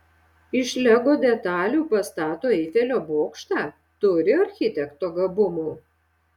iš lego detalių pastato eifelio bokštą turi architekto gabumų